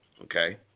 Okay